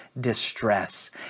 distress